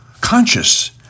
conscious